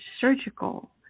surgical